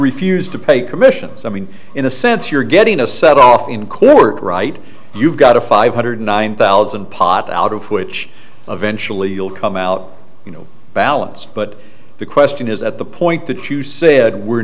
refused to pay commissions i mean in a sense you're getting a set off in court right you've got a five hundred nine thousand pot out of which eventually you'll come out you know balance but the question is at the point that you said we're